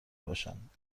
باشند